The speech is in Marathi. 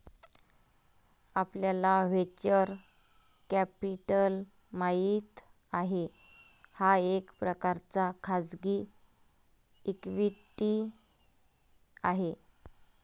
आपल्याला व्हेंचर कॅपिटल माहित आहे, हा एक प्रकारचा खाजगी इक्विटी आहे